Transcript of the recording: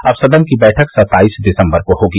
अब सदन की बैठक सत्ताईस दिसम्बर को होगी